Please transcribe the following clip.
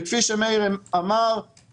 וכפי שמאיר אמר,